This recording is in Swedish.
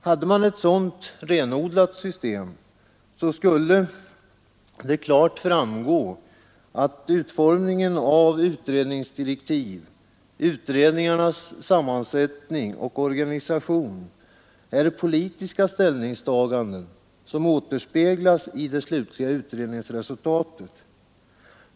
Hade man ett sådant renodlat system, skulle det klart framgå att utformningen av direktiv, utredningarnas sammansättning och organisation är politiska ställningstaganden, som återspeglas i det slutliga utredningsresultatet.